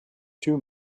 two